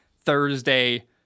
Thursday